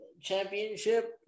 Championship